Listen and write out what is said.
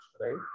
right